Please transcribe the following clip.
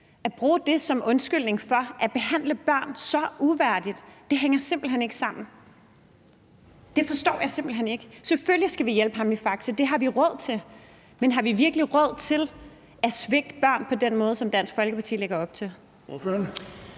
i Faxe, som undskyldning for at behandle børn så uværdigt, hænger simpelt hen ikke sammen. Det forstår jeg simpelt hen ikke. For selvfølgelig skal der komme det. Selvfølgelig skal vi hjælpe ham i Faxe. Det har vi råd til, men har vi virkelig råd til at svigte børn på den måde, som Dansk Folkeparti lægger op til?